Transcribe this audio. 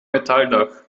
metalldach